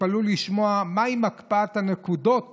תתפלאו לשמוע, מה עם הקפאת הנקודות